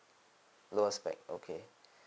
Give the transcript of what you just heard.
lowest spec okay